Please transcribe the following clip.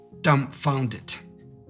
dumbfounded